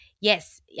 yes